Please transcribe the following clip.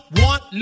want